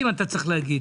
אתה צריך להגיד